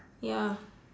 ya